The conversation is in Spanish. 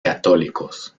católicos